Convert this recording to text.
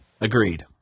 Agreed